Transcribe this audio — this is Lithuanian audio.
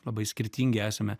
labai skirtingi esame